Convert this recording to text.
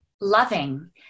loving